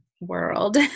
world